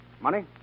Money